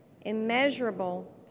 immeasurable